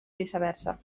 viceversa